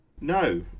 no